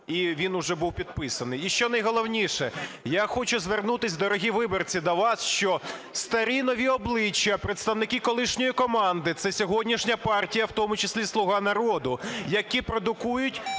і він вже був підписаний. І що найголовніше. Я хочу звернутися, дорогі виборці, до вас, що старі нові обличчя, представники колишньої команди – це сьогоднішня партія в тому числі і "Слуга народу", які продукують